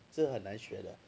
所以很难学的